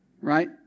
right